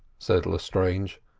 said lestrange.